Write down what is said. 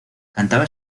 cantaba